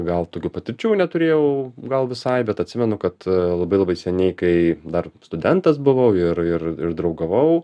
gal tokių patirčių neturėjau gal visai bet atsimenu kad labai labai seniai kai dar studentas buvau ir ir ir draugavau